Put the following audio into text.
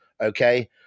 okay